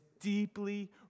deeply